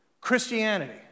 Christianity